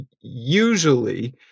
usually